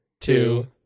two